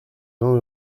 vingt